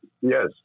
Yes